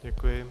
Děkuji.